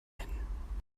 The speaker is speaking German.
nennen